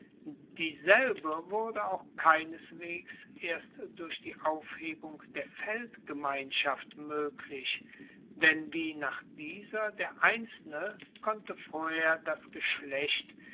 dieselbe wurde auch keineswegs erst durch die aufhebung der feldgemeinschaft moeglich denn wie nach dieser der einzelne konnte vorher das geschlecht